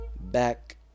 back